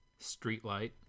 streetlight